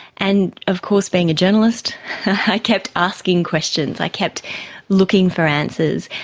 and of course being a journalist i kept asking questions, i kept looking for answers.